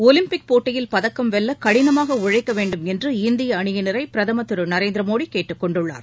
Olympic போட்டியில் பதக்கம் வெல்ல கடினமாக உழைக்க வேண்டுமென்ற இந்திய அணியினரை பிரதமர் திரு நரேந்திர மோடி கேட்டுக் கொண்டுள்ளார்